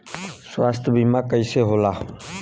स्वास्थ्य बीमा कईसे होला?